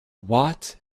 what